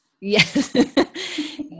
yes